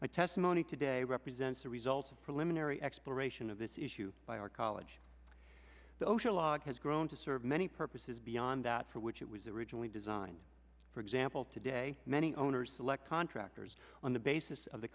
my testimony today represents the results of preliminary exploration of this issue by our college social lot has grown to serve many purposes beyond that for which it was originally designed for example today many owners select contractors on the basis of the